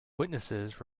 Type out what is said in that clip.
witnesses